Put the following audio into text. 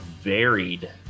varied